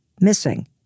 missing